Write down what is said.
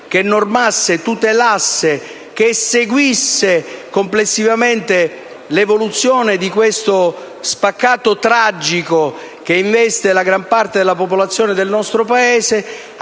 che normasse, tutelasse e seguisse complessivamente l'evoluzione di questo tragico spaccato che investe la gran parte della popolazione del nostro Paese;